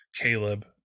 Caleb